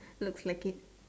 looks like it